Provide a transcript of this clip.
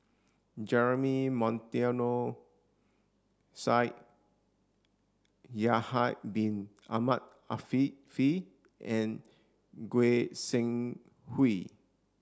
Jeremy Monteiro Yahya Bin Ahmed Afifi and Goi Seng Hui